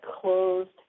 closed